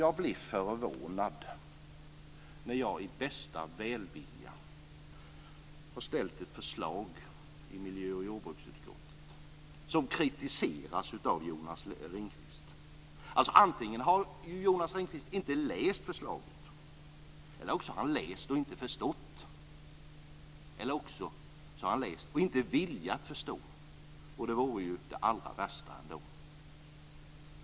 Jag blir förvånad när jag i bästa välvilja har ställt ett förslag i miljö och jordbruksutskottet som kritiseras av Jonas Ringqvist. Antingen har Jonas Ringqvist inte läst förslaget eller så har han läst det och inte förstått, eller så har han läst det och inte velat förstå. Det vore i så fall det allra värsta.